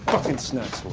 fucking snacks